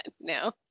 No